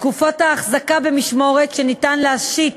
תקופות ההחזקה במשמורת שניתן להשית